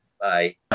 Bye